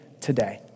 today